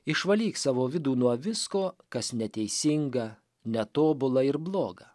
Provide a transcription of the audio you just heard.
išvalyk savo vidų nuo visko kas neteisinga netobula ir bloga